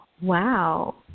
Wow